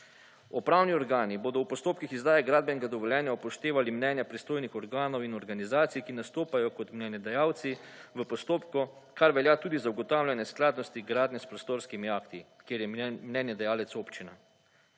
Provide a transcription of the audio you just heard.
Upravni organi bodo v postopkih izdaje gradbenega dovoljenja upoštevali mnenja pristojnih organov in organizacij, ki nastopajo kot najemodajalci v postopku kar velja tudi za ugotavljanje skladnosti gradnje s prostorskimi akti, kjer je najemodajalec občina.